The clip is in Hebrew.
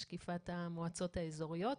משקיפת המועצות האזוריות,